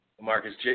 Marcus